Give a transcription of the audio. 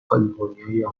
کالیفرنیا